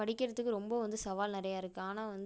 படிக்கிறத்துக்கு ரொம்ப வந்து சவால் நிறையா இருக்குது ஆனால் வந்து